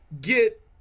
get